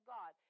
God